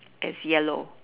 is yellow